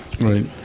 Right